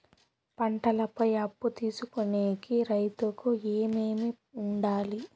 పంటల పై అప్పు తీసుకొనేకి రైతుకు ఏమేమి వుండాలి?